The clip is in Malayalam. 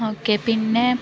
ഓക്കെ പിന്നെ